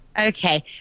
Okay